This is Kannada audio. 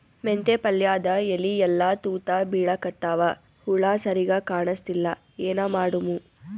ಮೆಂತೆ ಪಲ್ಯಾದ ಎಲಿ ಎಲ್ಲಾ ತೂತ ಬಿಳಿಕತ್ತಾವ, ಹುಳ ಸರಿಗ ಕಾಣಸ್ತಿಲ್ಲ, ಏನ ಮಾಡಮು?